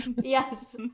Yes